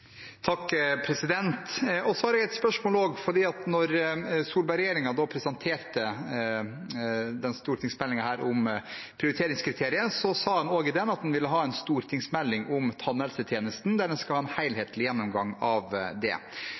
har et annet spørsmål, for da Solberg-regjeringen presenterte denne stortingsmeldingen om prioriteringskriterier, sa en også i den at en ville ha en stortingsmelding om tannhelsetjenesten, der en skal ha en helhetlig gjennomgang av